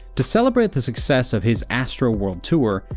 to celebrate the success of his astroworld tour,